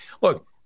Look